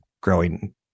growing